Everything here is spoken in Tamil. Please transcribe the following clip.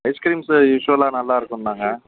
ஐஸ்கிரீம்ஸு யூஷுவலாக நல்லா இருக்குன்னாங்க